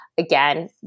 Again